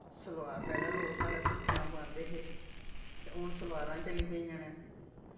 सलवार पैह्ले लोक साढ़े सुत्थनां पांदे हे ते हून सलवारां चली पेइयां न